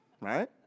right